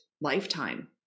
lifetime